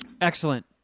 Excellent